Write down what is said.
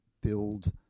build